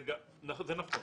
זה נכון.